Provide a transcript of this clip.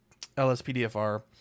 LSPDFR